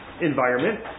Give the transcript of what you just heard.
environment